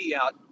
out